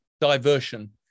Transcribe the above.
diversion